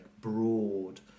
broad